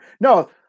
No